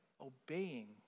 obeying